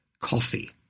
coffee